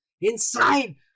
inside